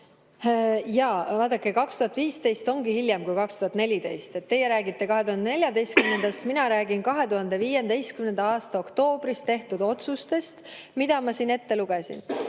Vaadake, 2015 on hiljem kui 2014. Teie räägite 2014. aastast, mina räägin 2015. aasta oktoobris tehtud otsustest, mis ma siin ette lugesin.